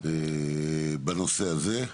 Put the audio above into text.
בנושא הזה.